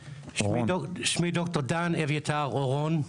שמי ד"ר דן אביתר אורון,